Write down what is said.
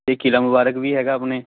ਅਤੇ ਕਿਲ੍ਹਾ ਮੁਬਾਰਕ ਵੀ ਹੈਗਾ ਆਪਣੇ